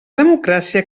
democràcia